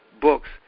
books